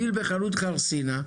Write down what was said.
פיל בחנות חרסינה,